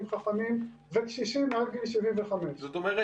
חכמים וקשישים מעל גיל 75. זאת אומרת,